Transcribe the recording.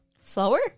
slower